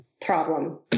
problem